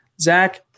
Zach